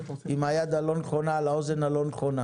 עם היד הלא נכונה על האוזן הלא נכונה